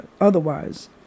otherwise